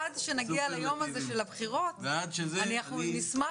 שנתיים זה לא קרה, ואני מברך